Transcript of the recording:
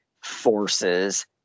forces